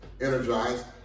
energized